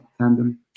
tandem